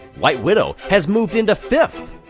white widow has moved into fifth!